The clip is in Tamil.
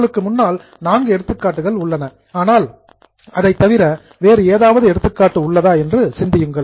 உங்களுக்கு முன்னால் நான்கு எடுத்துக்காட்டுகள் உள்ளன ஆனால் அதைத் தவிர வேறு ஏதாவது எடுத்துக்காட்டு உள்ளதா என்று சிந்தியுங்கள்